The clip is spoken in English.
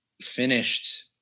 finished